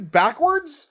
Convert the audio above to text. backwards